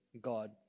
God